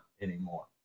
anymore